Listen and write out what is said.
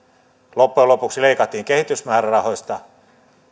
loppujen lopuksi leikattiin kehitysmäärärahoista